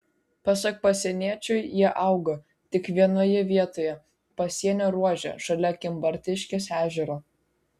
pasak pasieniečių jie auga tik vienoje vietoje pasienio ruože šalia kimbartiškės ežero